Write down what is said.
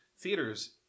theaters